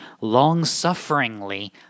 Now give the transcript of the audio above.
long-sufferingly